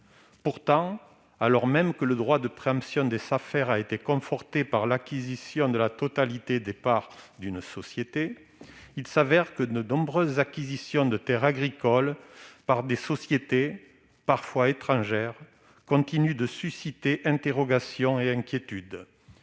Pourtant, alors même que le droit de préemption des Safer a été conforté par l'acquisition de la totalité des parts d'une société, il s'avère que de nombreuses acquisitions de terres agricoles par des sociétés parfois étrangères continuent de susciter interrogations et inquiétudes.